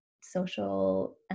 social